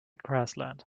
grassland